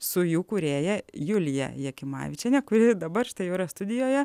su jų kūrėja julija jakimavičiene kuri dabar štai jau yra studijoje